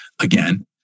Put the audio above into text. again